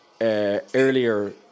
Earlier